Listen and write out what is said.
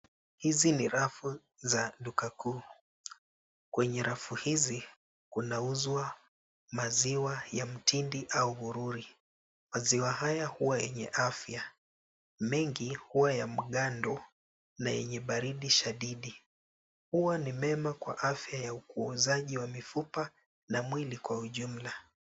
Hizi ni rafu za duka kuu kwenye rafu hizi kunauzwa maziwa ya mtindi au ururi, maziwa haya huwa yenye afya. Mingi huwa ya mgando na yenye baridi shadidi. Huwa ni mema kwa afya ya ukuzaji wa mifupa na mwili kwa ujumla.